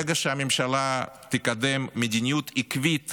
ברגע שהממשלה תקדם מדיניות עקבית